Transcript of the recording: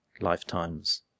lifetime's